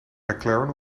mclaren